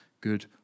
good